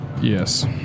Yes